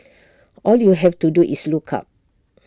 all you have to do is look up